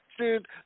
dude